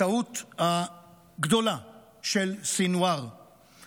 הטעות הגדולה של סנוואר היא